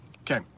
Okay